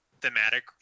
thematic